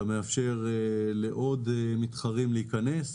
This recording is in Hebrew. אתה מאפשר לעוד מתחרים להיכנס,